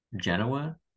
Genoa